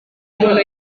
umuntu